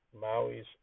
Maui's